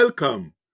Welcome